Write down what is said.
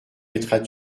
mettras